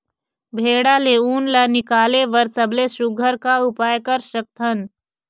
भेड़ा ले उन ला निकाले बर सबले सुघ्घर का उपाय कर सकथन?